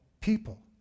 people